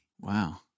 Wow